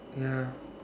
ya